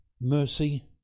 mercy